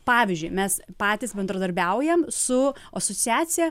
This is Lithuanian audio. pavyzdžiui mes patys bendradarbiaujam su asociacija